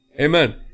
amen